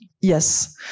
yes